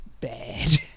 bad